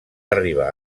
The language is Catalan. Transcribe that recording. arribar